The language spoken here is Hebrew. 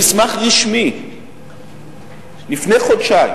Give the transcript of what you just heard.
הודיעה במסמך רשמי לפני חודשיים,